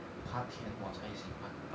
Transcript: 它甜我才喜欢